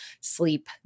sleep